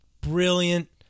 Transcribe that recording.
brilliant